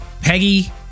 peggy